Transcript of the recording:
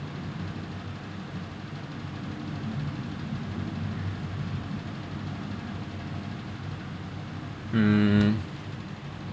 mm